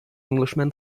englishman